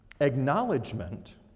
acknowledgement